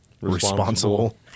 responsible